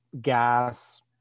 gas